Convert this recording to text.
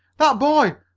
that boy!